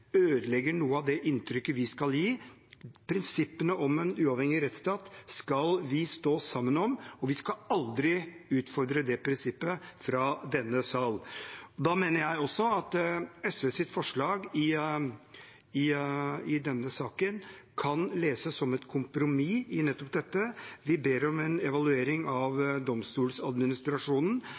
ødelegger noe av inntrykket vi skal gi. Prinsippene om en uavhengig rettsstat skal vi stå sammen om, og vi skal aldri utfordre det prinsippet fra denne sal. Da mener jeg også at SVs forslag i denne saken kan leses som et kompromiss i nettopp dette. Vi ber om en evaluering av